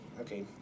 Okay